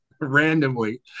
randomly